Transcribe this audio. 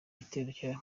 igitero